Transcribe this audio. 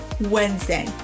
Wednesday